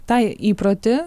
tą įprotį